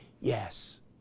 yes